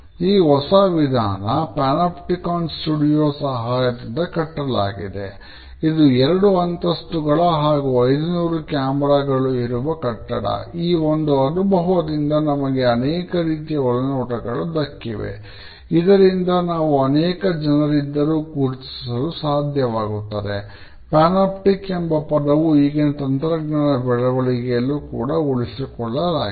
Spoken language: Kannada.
ಈ ಹೊಸ ವಿಧಾನ ಪ್ಪ್ಯಾನಾಪ್ಟಿಕ್ಕಾನ್ ಎಂಬ ಪದವು ಈಗಿನ ತಂತ್ರಜ್ಞಾನ ಬೆಳವಣಿಗೆಯಲ್ಲೂ ಉಳಿಸಿಕೊಳ್ಳಲಾಗಿದೆ